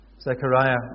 Zechariah